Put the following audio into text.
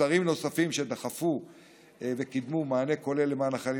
לשרים נוספים שדחפו וקידמו מענה כולל למען החיילים